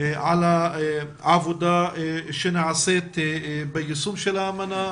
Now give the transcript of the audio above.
על העבודה שנעשית ביישום האמנה.